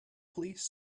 please